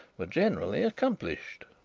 were generally accomplished.